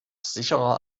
sicherer